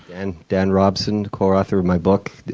and dan robson, co-author of my book,